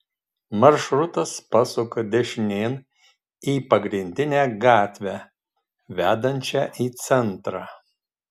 maršrutas pasuka dešinėn į pagrindinę gatvę vedančią į centrą